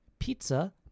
Pizza